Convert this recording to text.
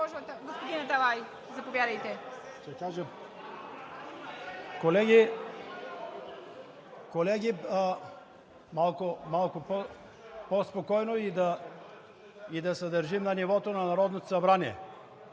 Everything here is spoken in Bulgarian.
Колеги, малко по-спокойно и да се държим на нивото на Народното събрание.